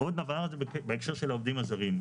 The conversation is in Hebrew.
עוד דבר זה בהקשר של העובדים הזרים.